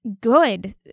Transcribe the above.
good